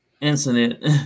incident